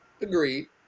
Agreed